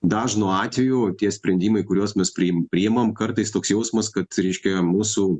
dažnu atveju tie sprendimai kuriuos mes prim priimam kartais toks jausmas kad reiškia mūsų